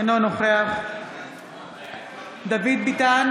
אינו נוכח דוד ביטן,